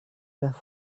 las